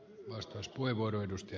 arvoisa puhemies